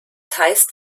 heißt